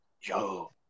yo